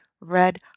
Red